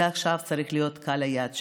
זה צריך להיות עכשיו קהל היעד שלנו.